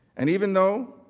and even though,